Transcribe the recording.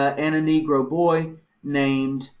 and a negro boy named.